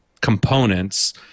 components